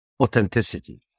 authenticity